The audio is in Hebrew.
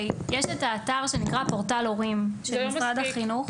יש את האתר שנקרא פורטל הורים של משרד החינוך.